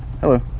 Hello